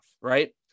Right